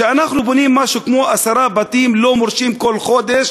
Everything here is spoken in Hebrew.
כשאנחנו בונים משהו כמו עשרה בתים לא-מורשים כל חודש,